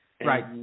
Right